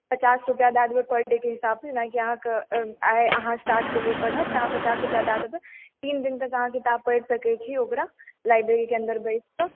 पचास रुपआ दए देबै पर डेके हिसाब से जेनाकि आइ अहाँ स्टार्ट केलिऐ पढ़ऽ तऽ अहाँ पचास रुपआ दए देबै तीन दिन तक अहाँ किताब पढ़ि सकै छी ओकरा लाइब्रेरी के अन्दर बैसकऽ